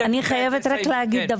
אני חייבת להגיד,